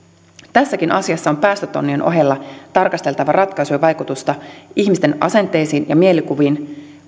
tässäkin asiassa on päästötonnien ohella tarkasteltava ratkaisujen vaikutusta ihmisten asenteisiin ja mielikuviin